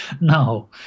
No